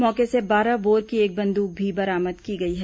मौके से बारह बोर की एक बंदूक भी बरामद की गई है